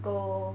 go